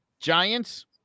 Giants